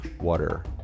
water